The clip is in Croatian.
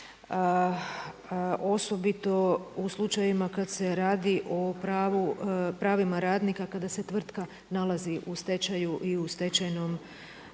osobito u slučajevima kada se radi o pravima radnika kada se tvrtka nalazi u stečaju i u stečajnom